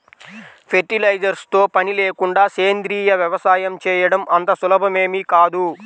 fertilisers తో పని లేకుండా సేంద్రీయ వ్యవసాయం చేయడం అంత సులభమేమీ కాదు